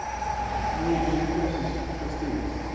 thank you. any additional questions, trustees?